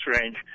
range